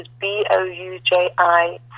B-O-U-J-I